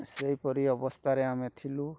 ସେହିପରି ଅବସ୍ଥାରେ ଆମେ ଥିଲୁ